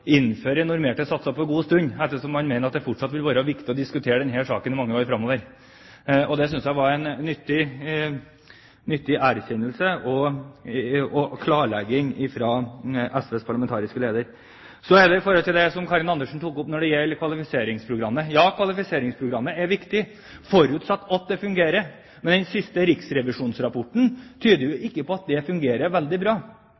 innføre normerte satser på en god stund, ettersom han mener at det fortsatt vil være viktig å diskutere denne saken i mange år framover. Det synes jeg var en nyttig erkjennelse og klarlegging fra SVs parlamentariske leder. Så til det Karin Andersen tok opp om kvalifiseringsprogrammet. Kvalifiseringsprogrammet er viktig, forutsatt at det fungerer. Men den siste rapporten fra Riksrevisjonen tyder jo ikke på at det fungerer veldig bra